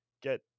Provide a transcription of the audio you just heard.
get